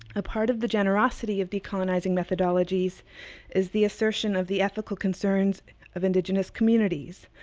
a part of the generosity of decolonizing methodologies is the assertion of the ethical concerns of indigenous communities,